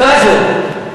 לא חשוב.